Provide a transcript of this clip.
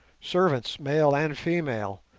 servants, male and female,